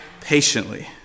patiently